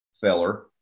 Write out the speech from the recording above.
feller